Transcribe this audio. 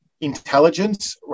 intelligence